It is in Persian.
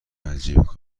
عجیب